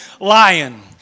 lion